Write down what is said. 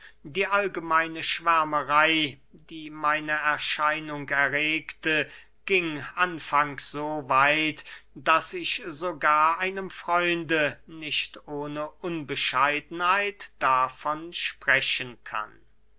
die allgemeine schwärmerey die meine erscheinung erregte ging anfangs so weit daß ich sogar einem freunde nicht ohne unbescheidenheit davon sprechen kann